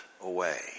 away